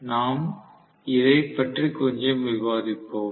நாம் இதை பற்றி கொஞ்சம் விவாதிப்போம்